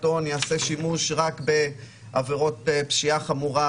הון ייעשה שימוש רק בעבירות פשיעה חמורה,